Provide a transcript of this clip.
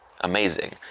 amazing